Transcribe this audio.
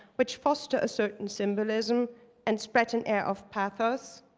which foster certain symbolism and spread an air of pathos.